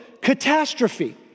catastrophe